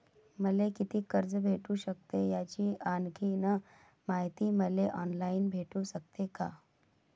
मले कितीक कर्ज भेटू सकते, याची आणखीन मायती मले ऑनलाईन भेटू सकते का?